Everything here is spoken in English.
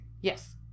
Yes